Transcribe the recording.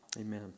Amen